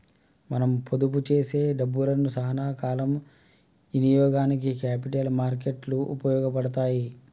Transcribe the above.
మనం పొదుపు చేసే డబ్బులను సానా కాల ఇనియోగానికి క్యాపిటల్ మార్కెట్ లు ఉపయోగపడతాయి